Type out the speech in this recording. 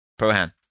Prohan